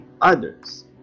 others